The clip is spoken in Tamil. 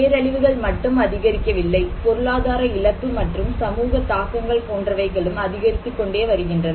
பேரழிவுகள் மட்டும் அதிகரிக்கவில்லை பொருளாதார இழப்பு மற்றும் சமூக தாக்கங்கள் போன்றவைகளும் அதிகரித்துக்கொண்டே வருகின்றன